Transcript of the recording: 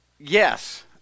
Yes